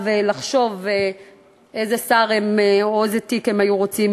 לחשוב איזה שר או איזה תיק הם היו רוצים